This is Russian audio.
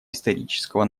исторического